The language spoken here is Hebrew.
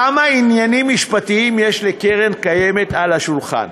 כמה עניינים משפטיים יש לקרן קיימת על השולחן?